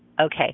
Okay